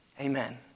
amen